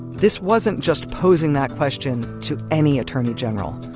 this wasn't just posing that question to any attorney general.